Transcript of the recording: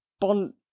bon